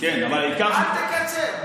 אל תקצר.